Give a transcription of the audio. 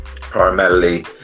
primarily